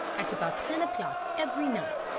at about ten o'clock every night,